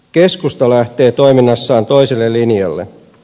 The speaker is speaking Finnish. keskusta lähtee toiminnassaan toiselle linjalle